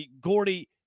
Gordy